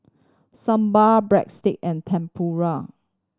Sambar Breadstick and Tempura